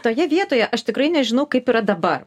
toje vietoje aš tikrai nežinau kaip yra dabar